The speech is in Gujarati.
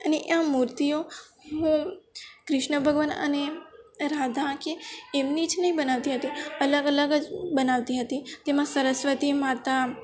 અને આ મૂર્તિઓ હું ક્રિશ્ન ભગવાન અને રાધા કે એમની જ નહીં બનાવતી હતી અલગ અલગ જ બનાવતી હતી તેમાં સરસ્વતી માતા